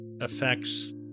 affects